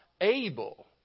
able